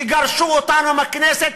תגרשו אותנו מהכנסת,